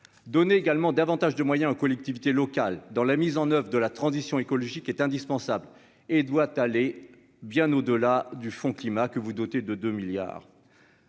donner également davantage de moyens aux collectivités locales dans la mise en oeuvre de la transition écologique est indispensable et doit aller bien au-delà du fonds climat que vous, doté de 2 milliards.